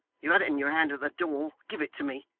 you had it in your hand at the door. give it to me